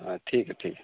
ہاں ٹھیک ہے ٹھیک ہے